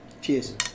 Cheers